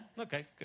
Okay